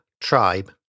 tribe